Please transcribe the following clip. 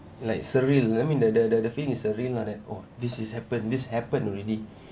like surreal I mean the the the the feel is surreal that oh this is happen this happened already